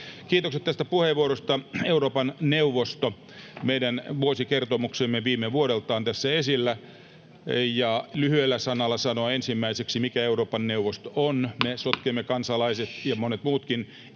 Kiitokset tästä puheenvuorosta. Euroopan neuvoston meidän vuosikertomuksemme viime vuodelta on tässä esillä, ja lyhyellä sanalla sanon ensimmäiseksi, mikä Euroopan neuvosto on. [Hälinää — Puhemies